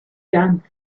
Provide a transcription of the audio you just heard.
jams